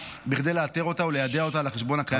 כדי לאתר אותה וליידע אותה על החשבון הקיים ברשותה.